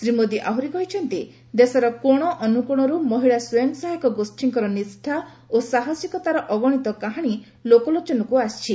ଶ୍ରୀ ମୋଦୀ ଆହୁରି କହିଛନ୍ତି ଦେଶର କୋଶ ଅନୁକୋଶରୁ ମହିଳା ସ୍ୱୟଂସହାୟକ ଗୋଷୀଙ୍କର ନିଷ୍ଠା ଓ ସାହସିକତାର ଅଗଣିତ କାହାଣୀ ଲୋକଲୋଚନକୁ ଆସିଛି